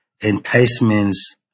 enticements